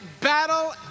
battle